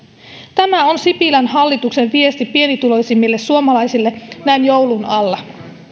tämä on sipilän hallituksen viesti pienituloisimmille suomalaisille näin joulun alla